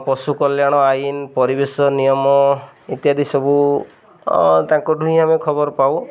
ପଶୁ କଲ୍ୟାଣ ଆଇନ ପରିବେଶ ନିୟମ ଇତ୍ୟାଦି ସବୁ ତାଙ୍କ ଠୁ ହିଁ ଆମେ ଖବର ପାଉ